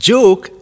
Joke